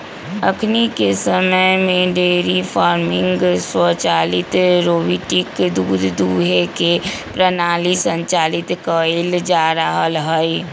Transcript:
अखनिके समय में डेयरी फार्मिंग स्वचालित रोबोटिक दूध दूहे के प्रणाली संचालित कएल जा रहल हइ